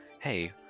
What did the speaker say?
hey